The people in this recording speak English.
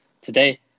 today